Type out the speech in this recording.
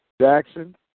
Jackson